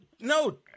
No